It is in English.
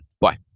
Bye